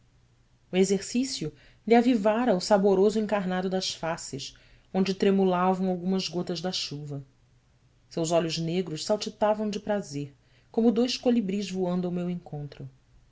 o exercício lhe avivara o saboroso encarnado das faces onde tremulavam algumas gotas da chuva seus olhos negros saltitavam de prazer como dois colibris voando ao meu encontro